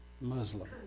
Muslim